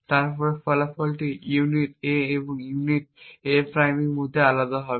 তাহলে ফলাফলগুলি unit A এবং ইউনিট A এর মধ্যে আলাদা হবে